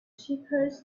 shepherds